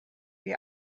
die